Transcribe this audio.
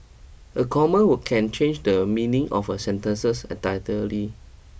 a comma can change the meaning of a sentences entirely